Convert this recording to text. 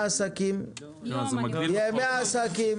עסקים